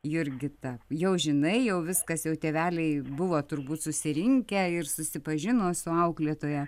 jurgita jau žinai jau viskas jau tėveliai buvo turbūt susirinkę ir susipažino su auklėtoja